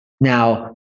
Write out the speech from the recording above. now